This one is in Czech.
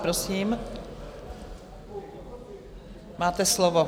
Prosím, máte slovo.